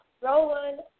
Rowan